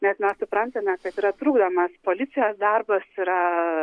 nes mes suprantame kad yra trukdomas policijos darbas yra